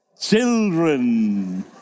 Children